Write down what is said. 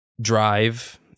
Drive